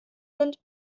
sind